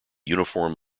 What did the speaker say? uniform